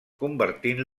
convertint